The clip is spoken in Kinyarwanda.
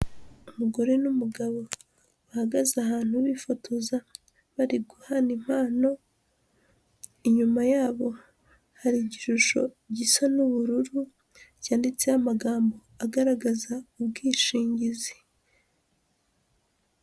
Umugore n'umugabo bahagaze ahantu bifotoza bari guhana impano, inyuma yabo hari igishusho gisa n'ubururu, cyanditseho amagambo agaragaza ubwishingizi.